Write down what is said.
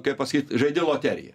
kaip pasakyt žaidi loteriją